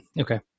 Okay